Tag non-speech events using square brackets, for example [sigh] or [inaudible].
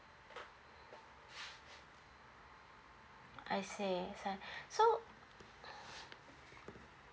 I see it's like [breath] so